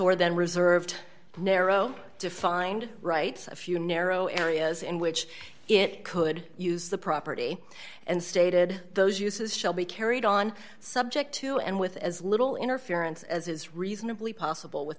or than reserved narrow defined rights a few narrow areas in which it could use the property and stated those uses shall be carried on subject to and with as little interference as is reasonably possible with